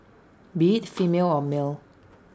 be IT female or male